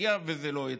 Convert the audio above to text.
תשקיע וזה לא יצא.